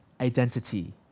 identity